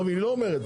היא לא אומרת,